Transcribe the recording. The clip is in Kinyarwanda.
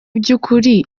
byukuri